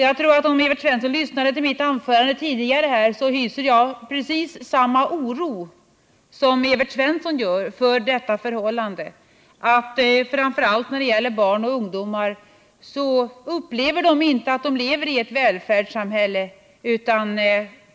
Jag tror att om Evert Svensson lyssnade till mitt anförande tidigare, så fann han att jag hyser precis samma oro som Evert Svensson inför detta förhållande — att framför allt barn och ungdomar inte upplever att de lever i ett välfärdssamhälle.